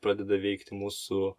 pradeda veikti mūsų